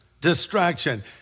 distraction